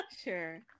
sure